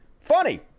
funny